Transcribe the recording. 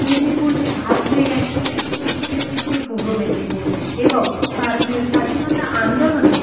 মেদিনীপুর যে ভাগ হয়ে গিয়েছে পশ্চিম মেদিনীপুর পূর্ব মেদিনীপুর এবং ভারতীয় স্বাধীনতা আন্দোলনে